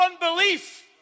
unbelief